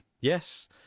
Yes